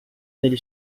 negli